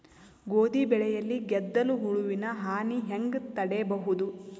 ಗೋಧಿ ಬೆಳೆಯಲ್ಲಿ ಗೆದ್ದಲು ಹುಳುವಿನ ಹಾನಿ ಹೆಂಗ ತಡೆಬಹುದು?